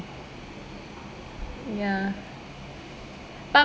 ya but